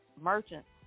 merchants